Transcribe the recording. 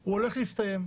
הוא הולך להסתיים,